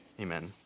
Amen